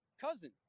cousin